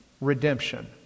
Redemption